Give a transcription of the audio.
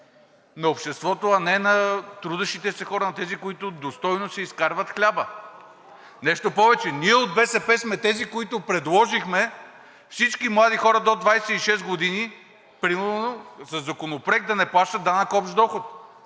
на обществото, а не на трудещите се хора, на тези, които достойно си изкарват хляба. Нещо повече, ние от БСП сме тези, които предложихме със законопроект всички млади хора до 26 години примерно да не плащат данък общ доход.